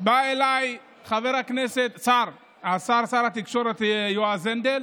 בא אליי שר התקשורת יועז הנדל